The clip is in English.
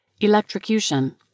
Electrocution